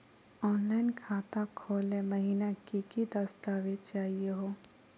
Online खाता खोलै महिना की की दस्तावेज चाहीयो हो?